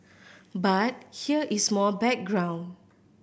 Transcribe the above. but here is more background